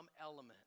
element